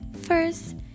First